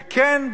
וכן,